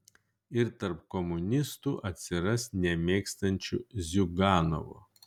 ir tarp komunistų atsiras nemėgstančių ziuganovo